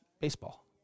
baseball